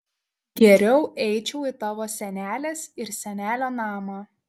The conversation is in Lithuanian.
geriau eičiau į tavo senelės ir senelio namą